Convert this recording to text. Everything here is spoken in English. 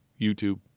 YouTube